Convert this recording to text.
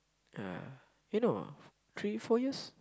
yeah eh no ah three four years